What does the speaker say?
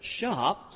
sharp